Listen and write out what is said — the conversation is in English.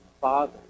father